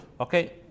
Okay